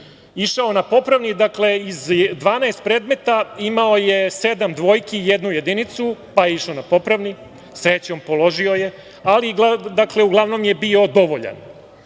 išao na popravni iz 12 predmeta. Imao je sedam dvojki i jednu jedinicu, pa je išao na popravni. Srećom, položio je, ali uglavnom je bio dovoljan.